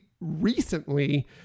recently